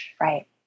Right